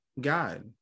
god